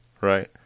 right